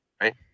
right